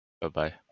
Bye-bye